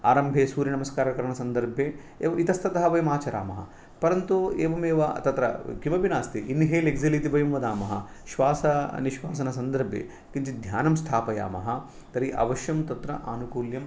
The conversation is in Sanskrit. आरम्भे सूर्यनमस्कारकरणसन्दर्भे एवम् इतस्ततः वयम् आचरामः परन्तु एवमेव तत्र किमपि नास्ति इन्हेल् एक्सेल् इति वयं वदामः श्वासःनिःश्वासनसन्दर्भे किञ्चित् ध्यानं स्थापयामः तर्हि अवश्यं तत्र आनुकूल्यं